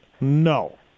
No